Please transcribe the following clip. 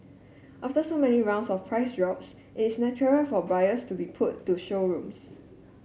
after so many rounds of price drops it's natural for buyers to be pulled to showrooms